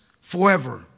forever